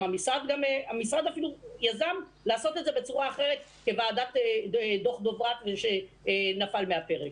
המשרד אפילו יזם לעשות את זה בצורה אחרת כדוח ועדת דוברת ושנפל מהפרק.